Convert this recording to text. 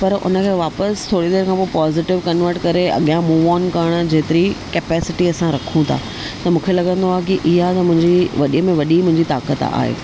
पर उन खें वापसि थोरी देरि खां पोइ पॉज़िटिव कनवट करे अॻियां मूव ऑन करणु जेतिरी कपैसिटी असां रखूं था त मूंखे लॻंदो आहे की इहा मुंहिंजी वॾे में वॾी मुंहिंजी ताक़त आहे